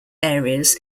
areas